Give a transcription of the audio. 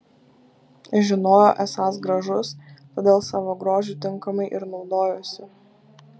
žinojo esąs gražus todėl savo grožiu tinkamai ir naudojosi